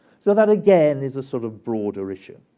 so that, again, is a sort of broader issue.